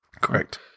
Correct